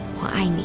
y